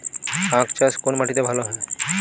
আখ চাষ কোন মাটিতে ভালো হয়?